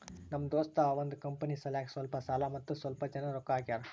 ನಮ್ ದೋಸ್ತ ಅವಂದ್ ಕಂಪನಿ ಸಲ್ಯಾಕ್ ಸ್ವಲ್ಪ ಸಾಲ ಮತ್ತ ಸ್ವಲ್ಪ್ ಜನ ರೊಕ್ಕಾ ಹಾಕ್ಯಾರ್